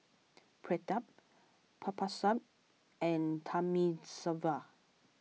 Pratap Babasaheb and Thamizhavel